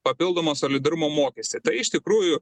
papildomą solidarumo mokestį tai iš tikrųjų